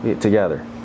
Together